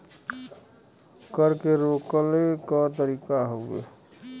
कर के रोकले क तरीका हउवे